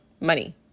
money